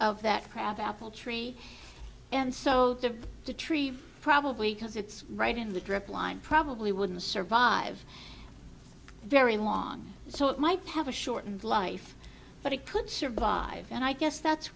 of that crab apple tree and so the tree probably because it's right in the drip line probably wouldn't survive very long so it might have a shortened life but it could survive and i guess that's